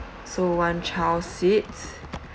so one child seat